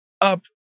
up